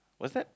whats that